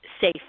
safe